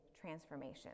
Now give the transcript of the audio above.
transformation